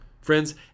Friends